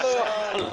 שמתפתחת.